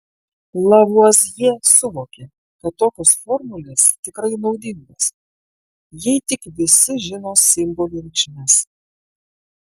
lavuazjė suvokė kad tokios formulės tikrai naudingos jei tik visi žino simbolių reikšmes